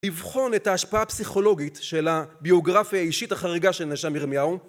לבחון את ההשפעה הפסיכולוגית של הביוגרפיה האישית החריגה של הנאשם ירמיהו.